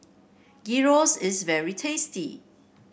gyros is very tasty